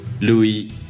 Louis